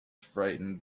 frightened